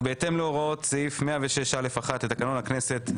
בהתאם להוראות סעיף 106(א)(1) לתקנון הכנסת,